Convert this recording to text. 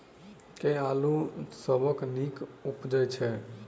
केँ आलु सबसँ नीक उबजय छै?